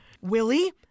Willie